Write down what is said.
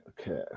Okay